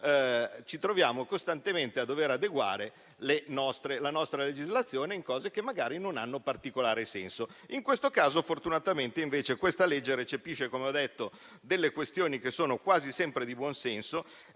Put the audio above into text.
ci troviamo costantemente a dover adeguare la nostra legislazione su cose che magari non hanno particolare senso. In questo caso, fortunatamente, invece questa legge recepisce, come ho detto, delle questioni che sono quasi sempre di buonsenso